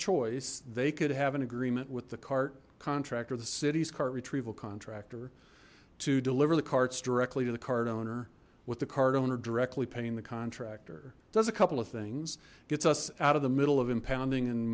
choice they could have an agreement with the cart contractor the city's cart retrieval contractor to deliver the carts directly to the cart owner with the cart owner directly paying the contractor does a couple of things gets us out of the middle of impounding